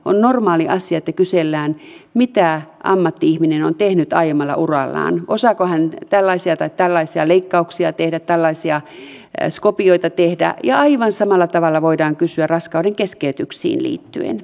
on normaali asia että kysellään mitä ammatti ihminen on tehnyt aiemmalla urallaan osaako hän tällaisia tai tällaisia leikkauksia tehdä tällaisia skopioita tehdä ja aivan samalla tavalla voidaan kysyä raskaudenkeskeytyksiin liittyen